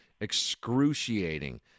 excruciating